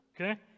Okay